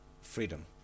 freedom